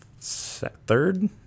third